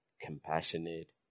compassionate